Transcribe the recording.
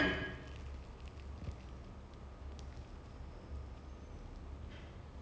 okay ya then like no I didn't watch the entire thing so I don't have any opinion about it